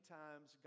times